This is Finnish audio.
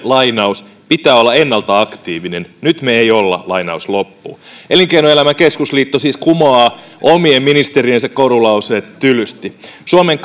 lainaus pitää olla ennalta aktiivinen nyt me ei olla elinkeinoelämän keskusliitto siis kumoaa omien ministeriensä korulauseet tylysti suomen